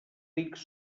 rics